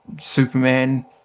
Superman